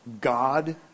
God